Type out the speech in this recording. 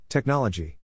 Technology